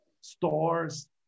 stores